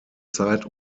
zeit